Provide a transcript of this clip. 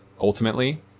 ultimately